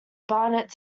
barnett